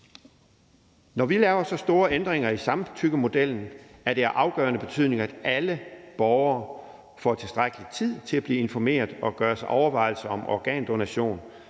Når vi laver så store ændringer i samtykkemodellen, er det af afgørende betydning, at alle borgere får tilstrækkelig tid til at blive informeret og gøre sig overvejelser om organdonation,